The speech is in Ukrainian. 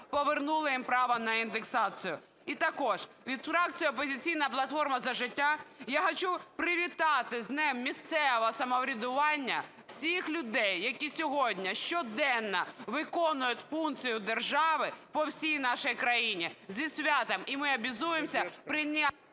повернули їм право на індексацію. І також від фракції "Опозиційна платформа - За життя" я хочу привітати з Днем місцевого самоврядування всіх людей, які сьогодні щоденно виконують функцію держави по всій нашій країні. Зі святом! І ми обязуемся прийняти…